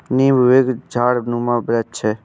नींबू एक झाड़नुमा वृक्ष है